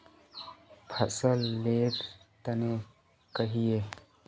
फसल लेर तने कहिए?